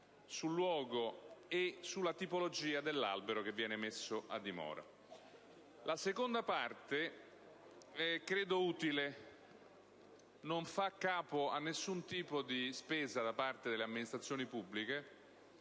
esigente - e sulla tipologia dell'albero che viene messo a dimora. La seconda parte dell'emendamento credo sia utile. Non fa capo a nessun tipo di spesa da parte delle amministrazioni pubbliche